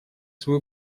свою